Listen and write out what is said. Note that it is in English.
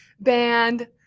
band